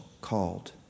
called